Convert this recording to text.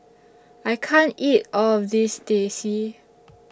I can't eat All of This Teh C